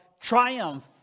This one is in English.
triumph